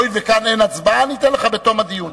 הואיל וכאן אין הצבעה, אין אתן לך בתום הדיון.